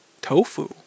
Tofu